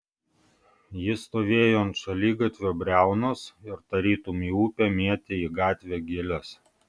jis stovėjo ant šaligatvio briaunos ir tarytum į upę mėtė į gatvę gėles